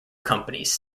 companies